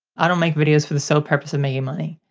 i don't make videos for the sole purpose of making money,